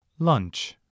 Lunch